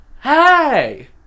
Hey